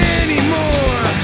anymore